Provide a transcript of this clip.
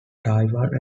taiwan